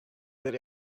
that